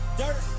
dirt